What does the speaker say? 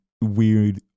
weird